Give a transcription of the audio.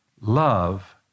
love